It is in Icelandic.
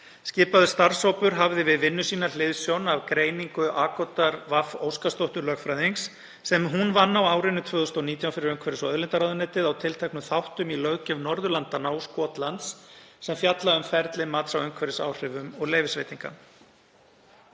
Skipaður starfshópur hafði við vinnu sína hliðsjón af greiningu Aagotar V. Óskarsdóttur lögfræðings, sem hún vann á árinu 2019 fyrir umhverfis- og auðlindaráðuneytið, á tilteknum þáttum í löggjöf Norðurlandanna og Skotlands sem fjalla um ferli mats á umhverfisáhrifum og leyfisveitinga.